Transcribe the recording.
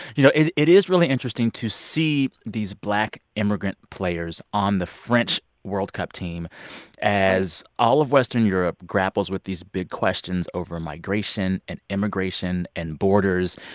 you know, it it is really interesting to see these black immigrant players on the french world cup team as all of western europe grapples with these big questions over migration and immigration and borders,